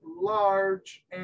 large